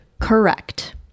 correct